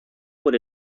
por